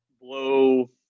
blow